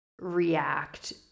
react